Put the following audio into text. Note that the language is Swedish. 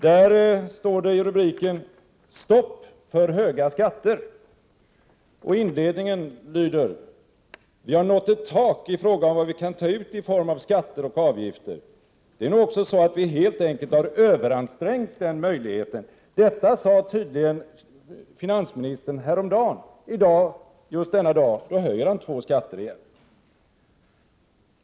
Där står det i en rubrik: ”Stopp för höga skatter.” Inledningen till artikeln lyder: ”- Vi har nått ett tak i fråga om vad vi kan ta ut i form av skatter och avgifter. Det är nog också så att vi helt enkelt har överansträngt den möjligheten.” Detta sade tydligen finansministern häromdagen. I dag höjer han två skatter igen.